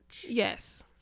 Yes